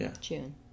June